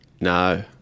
No